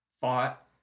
fought